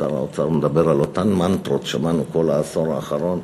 את שר האוצר מדבר על אותן מנטרות ששמענו כל העשור האחרון,